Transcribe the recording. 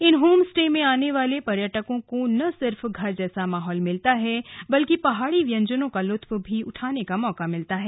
इन home stay में आने वाले पर्यटकों को न सिर्फ घर जैसा माहौल मिलता है बल्कि पहाड़ी व्यंजनों का लुत्फ उठाने का भी मौका मिलता है